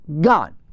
gone